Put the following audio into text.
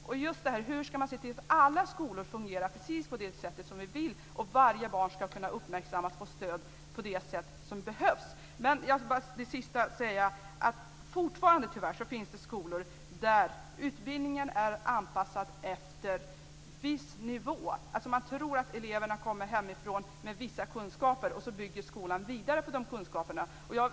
Det viktiga är hur man ska se till att alla skolor fungerar precis på det sätt som vi vill, och att varje barn uppmärksammas och får stöd på det sätt som behövs. Till sist vill jag säga att det tyvärr fortfarande finns skolor där utbildningen är anpassad efter en viss nivå. Där tror man att eleverna kommer hemifrån med vissa kunskaper, och sedan bygger skolan vidare på dessa kunskaper.